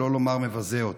שלא לומר מבזה אותה.